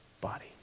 body